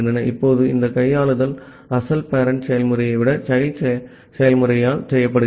இப்போது இந்த கையாளுதல் அசல் பேரெண்ட் செயல்முறையை விட child செயல்முறையால் செய்யப்படுகிறது